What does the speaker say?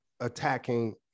attacking